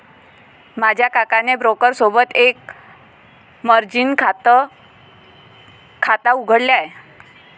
माझ्या काकाने ब्रोकर सोबत एक मर्जीन खाता उघडले आहे